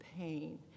pain